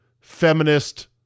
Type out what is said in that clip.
feminist